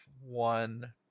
one